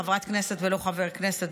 חברת כנסת ולא חבר כנסת,